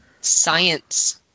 Science